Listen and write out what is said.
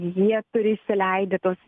jie turi išsileidę tuos